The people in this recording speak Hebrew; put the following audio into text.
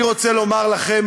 אני רוצה לומר לכם,